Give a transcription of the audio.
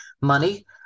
money